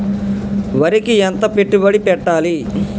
వరికి ఎంత పెట్టుబడి పెట్టాలి?